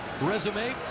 resume